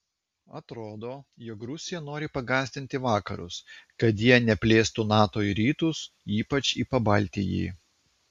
atrodo jog rusija nori pagąsdinti vakarus kad jie neplėstų nato į rytus ypač į pabaltijį